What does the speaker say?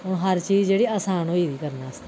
हर चीज जेह्ड़ी आसान होई दी ऐ करने आस्तै